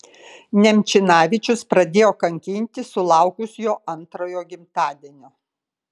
nemčinavičius pradėjo kankinti sulaukus jo antrojo gimtadienio